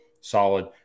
solid